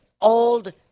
old